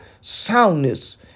soundness